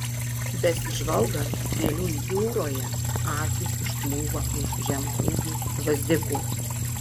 besižvalgant gėlių jūroje akys užkliūva už žemaūgių gvazdikų